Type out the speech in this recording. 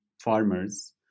farmers